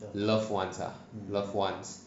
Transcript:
loved ones ah loved ones